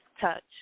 touch